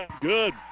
Good